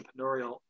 entrepreneurial